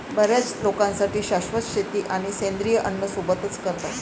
बर्याच लोकांसाठी शाश्वत शेती आणि सेंद्रिय अन्न सोबतच करतात